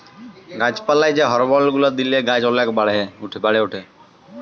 গাছ পালায় যে হরমল গুলা দিলে গাছ ওলেক বাড়ে উঠে